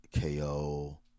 KO